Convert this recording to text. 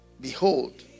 behold